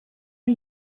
are